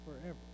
forever